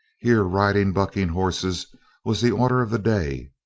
here riding bucking horses was the order of the day.